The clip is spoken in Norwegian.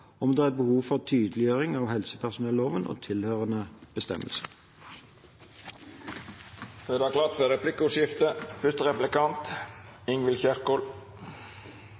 om det er behov for tydeliggjøring av helsepersonelloven og tilhørende